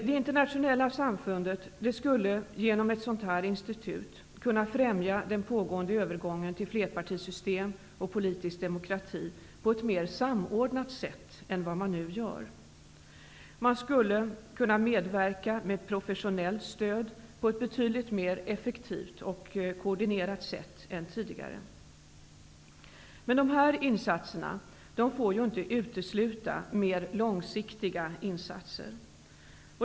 Det internationella samfundet skulle genom ett sådant här institut kunna främja den pågående övergången till flerpartisystem och politisk demokrati på ett mer samordnat sätt än man nu gör. Man skulle kunna medverka med professionellt stöd på ett betydligt mer effektivt och koordinerat sätt än tidigare. Dessa insatser får dock inte utesluta mer långsiktiga insatser.